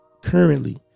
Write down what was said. currently